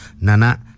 Nana